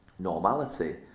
normality